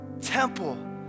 temple